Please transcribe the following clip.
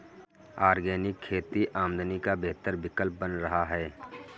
organic खेती आमदनी का बेहतर विकल्प बन रहा है